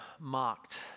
mocked